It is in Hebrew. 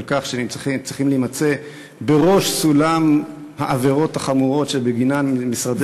על כך שהם צריכים להימצא בראש סולם העבירות החמורות שבגינן משרדך צריך,